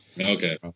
Okay